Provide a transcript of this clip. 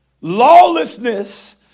Lawlessness